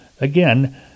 again